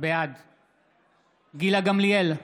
בעד גילה גמליאל,